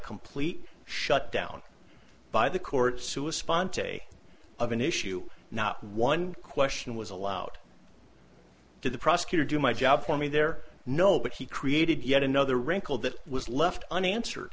complete shutdown by the court sue a spontaneity of an issue not one question was allowed to the prosecutor do my job for me there no but he created yet another wrinkle that was left unanswered